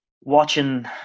watching